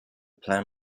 plan